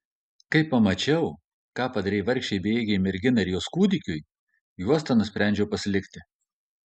kai pamačiau ką padarei vargšei bejėgei merginai ir jos kūdikiui juostą nusprendžiau pasilikti